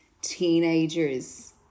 teenagers